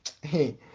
hey